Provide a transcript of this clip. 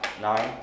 Nine